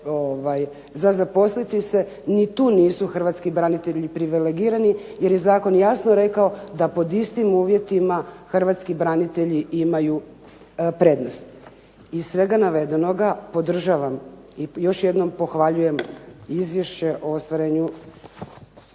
za zaposliti se. Ni tu nisu hrvatski branitelji privilegirani, jer je zakon jasno rekao da pod istim uvjetima hrvatski branitelji imaju prednost. Iz svega navedenoga podržavam i još jednom pohvaljujem izvješće o ostvarenju